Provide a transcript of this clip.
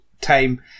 time